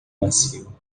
macio